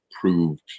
proved